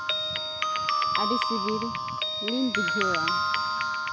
ᱟᱹᱰᱤ ᱥᱤᱵᱤᱞᱤᱧ ᱵᱩᱡᱷᱟᱹᱣᱟ